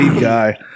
guy